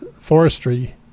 Forestry